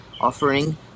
offering